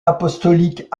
apostolique